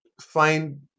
find